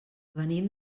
venim